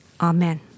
Amen